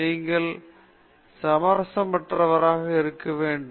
நீங்கள் சமரசமற்றவராக இருக்க வேண்டும்